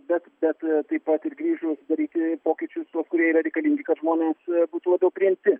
bet bet taip pat ir grįžus daryti pokyčius tuos kurie yra reikalingi kad žmonės būtų labiau priimti